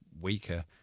weaker